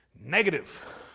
negative